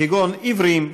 כגון עיוורים,